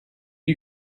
you